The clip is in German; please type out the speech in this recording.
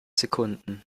sekunden